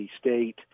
State